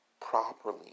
properly